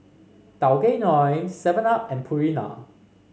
Tao Kae Noi Seven Up and Purina